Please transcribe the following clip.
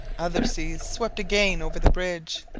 other seas swept again over the bridge.